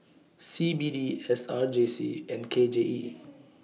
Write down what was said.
C B D S R J C and K J E